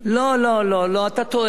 לא, לא, לא, אתה טועה.